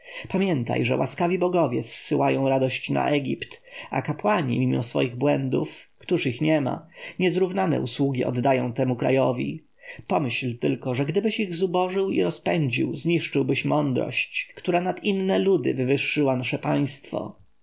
pamiętaj że łaskawi bogowie zsyłają radość na egipt a kapłani mimo swych błędów któż ich nie ma niezrównane usługi oddają temu krajowi pomyśl tylko że gdybyś ich zubożył i rozpędził zniszczyłbyś mądrość która nad inne ludy wywyższyła nasze państwo